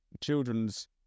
children's